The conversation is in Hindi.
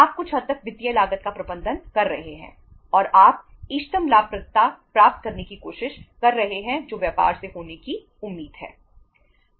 आप कुछ हद तक वित्तीय लागत का प्रबंधन कर रहे हैं और आप इष्टतम लाभप्रदता प्राप्त करने की कोशिश कर रहे हैं जो व्यापार से होने की उम्मीद है